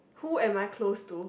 who am I close to